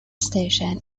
station